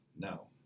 no